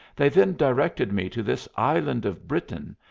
they then directed me to this island of britain,